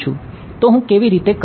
તો હું કેવી રીતે કરૂ